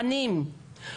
בנים.